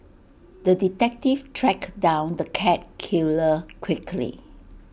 the detective tracked down the cat killer quickly